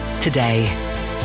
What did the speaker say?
today